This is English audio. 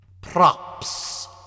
Props